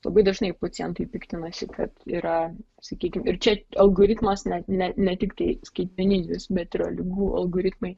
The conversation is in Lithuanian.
labai dažnai pacientai piktinasi kad yra sakykim ir čia algoritmas net ne ne tiktai skaitmeninis bet yra ligų algoritmai